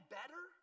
better